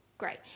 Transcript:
Great